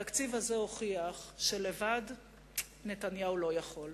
התקציב הזה הוכיח שלבד נתניהו לא יכול.